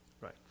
right